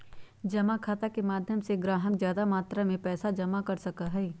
जमा खाता के माध्यम से ग्राहक ज्यादा मात्रा में पैसा जमा कर सका हई